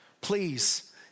Please